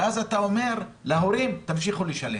ואז אתה אומר להורים תמשיכו לשלם.